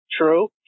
true